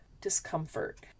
discomfort